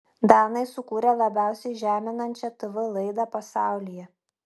danai sukūrė labiausiai žeminančią tv laidą pasaulyje